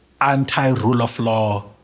anti-rule-of-law